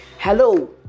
Hello